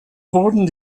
wurden